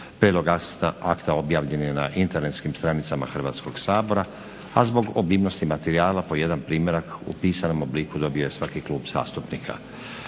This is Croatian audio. Prijedlog akta objavljen je na internetskim stranicama Hrvatskog sabora, a zbog obimnosti materijala po jedan primjerak u pisanom obliku dobio je svaki klub zastupnika.